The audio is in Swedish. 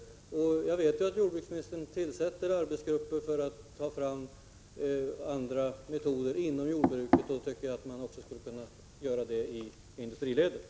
Jag vet att jordbruksministern tillsätter arbetsgrupper för att ta fram alternativa metoder inom jordbruket. Jag tycker att man också skulle kunna göra det i industriledet.